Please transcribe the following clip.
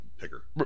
picker